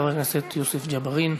חבר הכנסת יוסף ג'בארין.